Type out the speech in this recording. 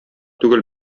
түгел